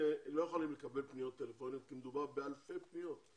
לא יכולים לקבל פניות טלפניות כי מדובר באלפי פניות.